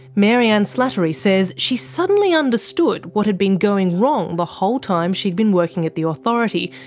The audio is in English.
maryanne slattery says she suddenly understood what had been going wrong the whole time she'd been working at the authority,